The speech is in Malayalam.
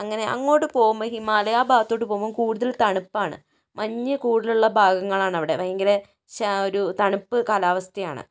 അങ്ങനെ അങ്ങോട്ട് പോകുമ്പോൾ ഹിമാലയ ആ ഭാഗത്തോട്ട് പോകുമ്പോൾ കൂടുതൽ തണുപ്പാണ് മഞ്ഞ് കൂടുതലുള്ള ഭാഗങ്ങളാണ് അവിടെ ഭയങ്കര ശ ഒരു തണുപ്പ് കാലാവസ്ഥയാണ്